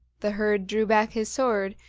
the herd drew back his sword,